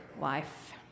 life